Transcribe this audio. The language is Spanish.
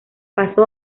pasó